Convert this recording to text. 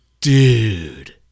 Dude